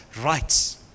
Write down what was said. rights